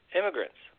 immigrants